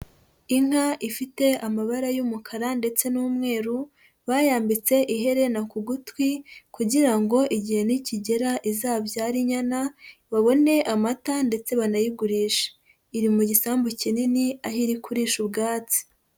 Inka ifite amabara y'umukara ndetse n'umweru, bayambitse iherena ku gutwi kugira ngo igihe nikigera izabyare inyana babone amata ndetse banayigurisha, iri mu gisambu kinini aho iri kurisha ubwatsi.